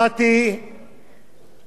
של שינוי שיטה,